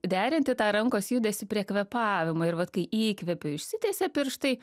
derinti tą rankos judesį prie kvėpavimo ir vat kai įkvepiu išsitiesia pirštai